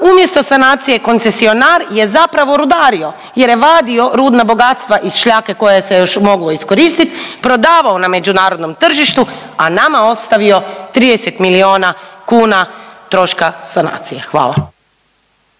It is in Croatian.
umjesto sanacije koncesionar je zapravo rudario jer je vadio rudna bogatstva iz šljake koje se još moglo iskoristit, prodavao na međunarodnom tržištu, a nama ostavio 30 milijuna kuna troška sanacija. Hvala.